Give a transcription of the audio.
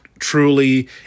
Truly